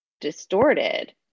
distorted